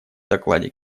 докладе